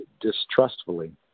distrustfully